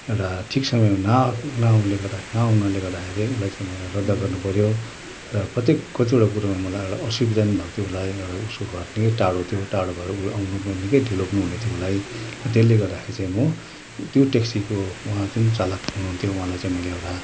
एउटा ठिक समयमा नआएको न नआउनाले गर्दाखेरि उसलाई चाहिँ मेले रद्द गर्नु पर्यो र प्रत्येक कतिवटा कुरोमा मलाई एउटा असुविधा नि भएको थियो उसलाई उसको घर निकै टाढो थियो टाढोबाट उसलाई आउनु निकै ढिलो हुने थियो उसलाई त्यसले गर्दाखेरि चाहिँ म त्यो ट्याक्सीको उहाँ जुन चालक हुनु हुन्थ्यो उहाँलाई चाहिँ मैले एउटा